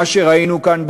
מה שראינו כאן,